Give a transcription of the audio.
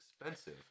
expensive